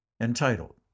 entitled